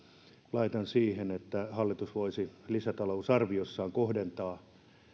laitan siihen että hallitus voisi lisätalousarviossaan kohdentaa